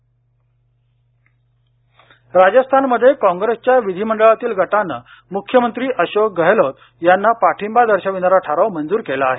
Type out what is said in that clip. राजस्थान राजस्थानमध्ये काँग्रेसच्या विधीमंडळातील गटानं मुख्यमंत्री अशोक गहलोत यांना पाठिंबा दर्शविणारा ठराव मंजूर केला आहे